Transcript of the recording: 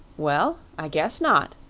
well, i guess not,